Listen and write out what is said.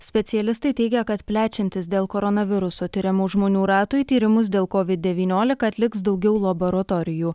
specialistai teigia kad plečiantis dėl koronaviruso tiriamų žmonių ratui tyrimus dėl kovid devyniolika atliks daugiau laboratorijų